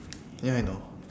ya I know